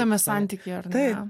tame santyky ar ne